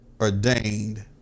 ordained